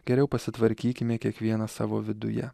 geriau pasitvarkykime kiekvieną savo viduje